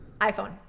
iPhone